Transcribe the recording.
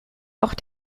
auch